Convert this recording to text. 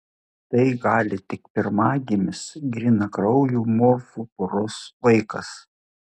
tai gali tik pirmagimis grynakraujų morfų poros vaikas